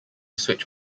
switch